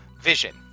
vision